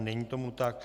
Není tomu tak.